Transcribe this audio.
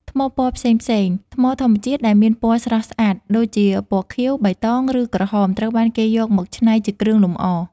ថ្មពណ៌ផ្សេងៗ: ថ្មធម្មជាតិដែលមានពណ៌ស្រស់ស្អាត ដូចជាពណ៌ខៀវ បៃតង ឬក្រហម ត្រូវបានគេយកមកច្នៃជាគ្រឿងលម្អ។